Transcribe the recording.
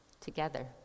together